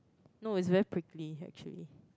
no it's very prickly actually